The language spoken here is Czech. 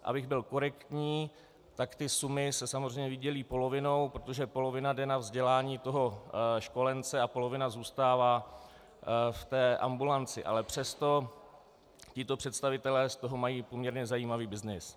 Abych byl korektní, tak ty sumy se samozřejmě rozdělí polovinou, protože polovina jde na vzdělání toho školence a polovina zůstává v ambulanci, ale přesto tito představitelé z toho mají poměrně zajímavý byznys.